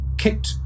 kicked